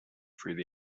through